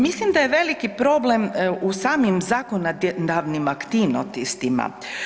Mislim da je veliki problem u samim zakonodavnim aktivnostima.